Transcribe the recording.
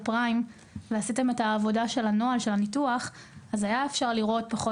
פריים ועשיתם את העבודה של הניתוח אז היה אפשר לראות את